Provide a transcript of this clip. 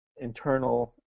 internal